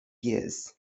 years